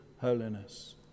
holiness